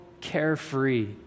carefree